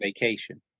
vacation